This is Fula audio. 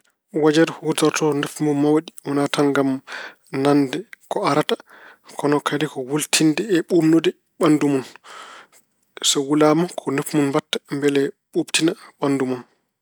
Wojere huutorto noppi mun mawɗi wona tan ngam nande ko yahrata ko kadi ko wultinde e ɓuuɓnude ɓanndu mun. So wulaama, ko noppi mbaɗta mbele ɓuuɓtina ɓanndu mun.